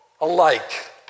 alike